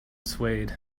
swayed